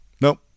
nope